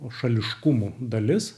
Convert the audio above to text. šališkumų dalis